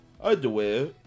underwear